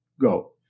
Go